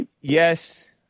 Yes